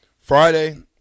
Friday